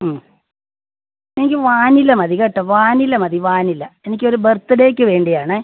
ആ എനിക്ക് വാനില മതി കേട്ടോ വാനില മതി വാനില എനിക്ക് ഒരു ബർത്ത്ഡേയ്ക്ക് വേണ്ടിയാണ്